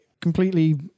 completely